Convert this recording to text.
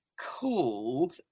called